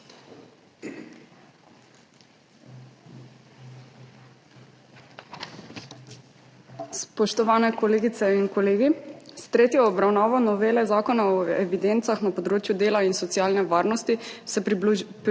Spoštovane kolegice in kolegi! S tretjo obravnavo novele Zakona o evidencah na področju dela in socialne varnosti se približujemo